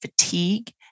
fatigue